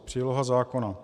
Příloha zákona.